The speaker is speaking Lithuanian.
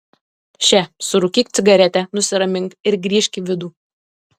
še surūkyk cigaretę nusiramink ir grįžk į vidų